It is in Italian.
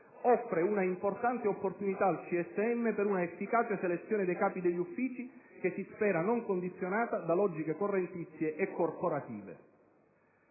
offre una importante opportunità al CSM per una efficace selezione dei capi degli uffici, che si spera non condizionata da logiche correntizie e corporative.